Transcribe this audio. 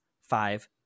five